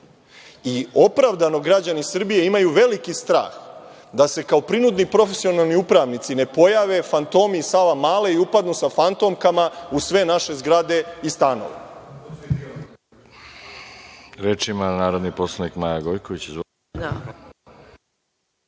Opravdano građani Srbije imaju veliki strah da se, kao prinudni profesionalni upravnici ne pojave fantomi iz Savamale i upadnu sa fantomkama u sve naše zgrade i stanove.